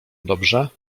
dobrze